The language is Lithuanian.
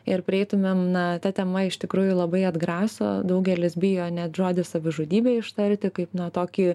ir prieitumėm na ta tema iš tikrųjų labai atgraso daugelis bijo net žodį savižudybė ištarti kaip na tokį